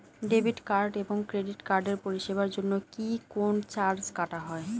Debit card এবং credit কার্ডের পরিষেবার জন্য কি কোন চার্জ কাটা হয়?